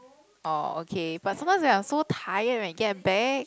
oh okay but sometimes when I'm so tired when I get back